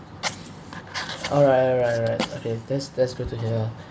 alright alright alright okay that's that's good to hear